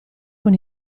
con